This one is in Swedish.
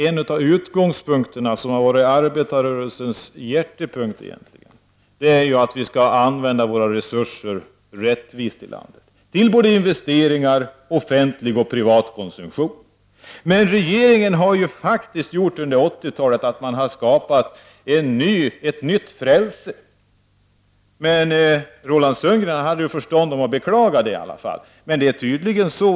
En av utgångspunkterna, som egentligen har varit arbetarrörelsens hjärtefråga, är ju att vi skall använda våra resurser rättvist här i landet, till både investeringar och offentlig och privat konsumtion. Men regeringen har ju faktiskt under 80-talet skapat ett nytt frälse. Roland Sundgren hade i alla fall förstånd att beklaga det.